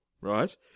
right